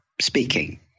speaking